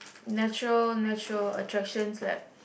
natural natural attractions that